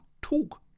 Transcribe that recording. talk